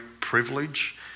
privilege